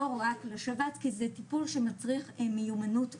לא רק לשבץ כי זה טיפול שמצריך מיומנות מיוחדת,